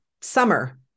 summer